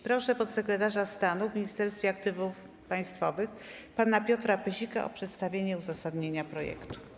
Proszę podsekretarza stanu w Ministerstwie Aktywów Państwowych pana Piotra Pyzika o przedstawienie uzasadnienia projektu.